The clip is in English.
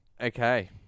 Okay